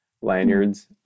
lanyards